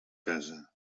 casa